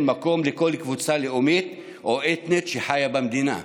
מקום לכל קבוצה לאומית או אתנית שחיה במדינה.